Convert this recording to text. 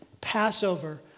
Passover